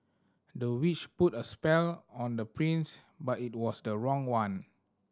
the witch put a spell on the prince but it was the wrong one